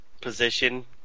position